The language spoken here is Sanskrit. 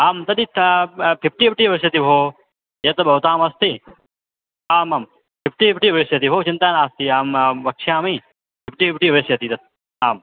आं तर्हि ता फिफ़्टि फ़िफ्टि भविष्यति भो यत् भवताम् अस्ति आमं फ़िफ़्टि फ़िफ़्टि भविष्यति भो चिन्ता नास्ति अहम् आं वक्ष्यामि फ़िफ़्टि फ़िफ़्टि भविष्यति तत् आम्